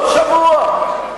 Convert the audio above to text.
כל שבוע.